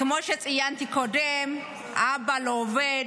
כמו שציינתי קודם, האבא לא עובד,